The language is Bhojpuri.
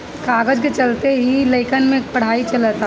कागज के चलते ही लइकन के पढ़ाई चलअता